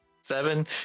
Seven